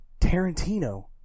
Tarantino